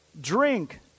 Drink